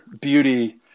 beauty